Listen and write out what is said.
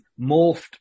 morphed